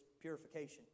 purification